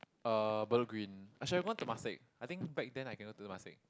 uh Bedok Green I should have gone Temasek I think back then I can get into Temasek